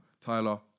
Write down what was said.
Tyler